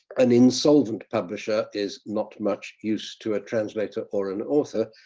an insolvent publisher is not much use to a translator or an author.